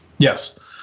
Yes